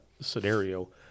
scenario